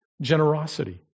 generosity